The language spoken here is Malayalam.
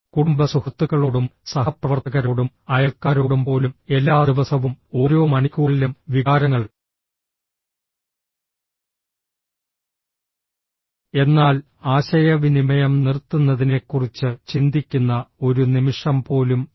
കുടുംബസുഹൃത്തുക്കളോടും സഹപ്രവർത്തകരോടും അയൽക്കാരോടും പോലും എല്ലാ ദിവസവും ഓരോ മണിക്കൂറിലും വികാരങ്ങൾ എന്നാൽ ആശയവിനിമയം നിർത്തുന്നതിനെക്കുറിച്ച് ചിന്തിക്കുന്ന ഒരു നിമിഷം പോലും ഇല്ല